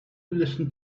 listen